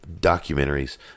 documentaries